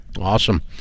Awesome